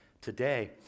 today